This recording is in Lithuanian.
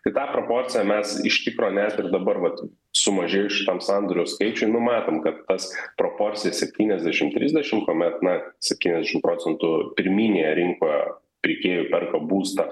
tai tą proporciją mes iš tikro net ir dabar vat sumažėjus šitam sandorių skaičiui nu matom kad tas proporcija septyniasdešim trisdešim kuomet na septyniasdešim procentų pirminėje rinkoje pirkėjų perka būstą